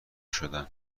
شدن